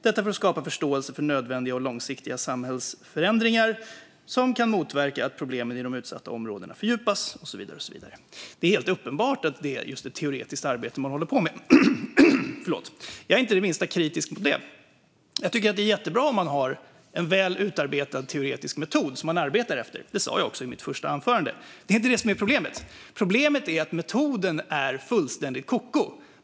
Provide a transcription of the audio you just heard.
Detta för att skapa förståelse för nödvändiga och långsiktiga samhällsförändringar som kan motverka att problemen i de utsatta områdena fördjupas." Det är uppenbart att det är just teoretiskt arbete man håller på med. Jag är inte det minsta kritisk till det. Det är jättebra om man har en väl utarbetad teoretisk metod som man arbetar efter. Det sa jag också i mitt första anförande. Det är inte det som är problemet. Problemet är att metoden är fullständigt koko.